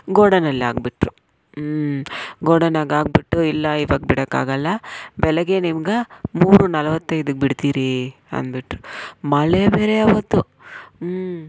ಗೋಡನಲ್ಲಾಕ್ಬಿಟ್ರು ಹ್ಞೂ ಗೋಡನ್ನಾಗಾಕ್ಬಿಟ್ಟು ಇಲ್ಲ ಇವಾಗ ಬಿಡೋಕ್ಕಾಗಲ್ಲ ಬೆಳಗ್ಗೆ ನಿಮ್ಗೆ ಮೂರು ನಲವತ್ತೈದಕ್ಕೆ ಬಿಡ್ತೀರಿ ಅಂದ್ಬಿಟ್ರು ಮಳೆ ಬೇರೆ ಅವತ್ತು ಹ್ಞೂ